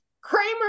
Kramer